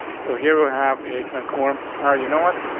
so here will have a transform our you know what?